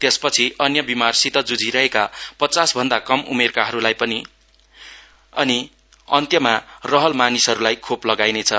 त्यसपछि अन्य बिमारसित जुझिरहेका पचास भन्द कम उमेरकाहरुलाई अनि अन्त्यमा रहल मानिसहरुलाई खोप लगाइनेछ